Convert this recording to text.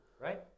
Right